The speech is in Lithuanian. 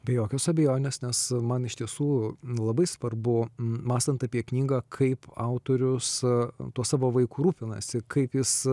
be jokios abejonės nes man iš tiesų labai svarbu mąstant apie knygą kaip autorius tuo savo vaiku rūpinasi kaip jis